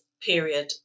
period